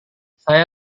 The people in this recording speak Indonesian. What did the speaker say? saya